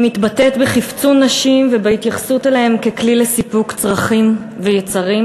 היא מתבטאת בחפצון נשים ובהתייחסות אליהן כאל כלי לסיפוק צרכים ויצרים,